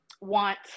want